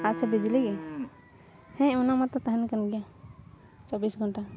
ᱟᱪᱪᱷᱟ ᱵᱤᱡᱽᱞᱤ ᱜᱮ ᱦᱮᱸ ᱚᱱᱟ ᱢᱟᱛᱚ ᱛᱟᱦᱮᱱ ᱠᱟᱱ ᱜᱮᱭᱟ ᱪᱚᱵᱽᱵᱤᱥ ᱜᱷᱚᱱᱴᱟ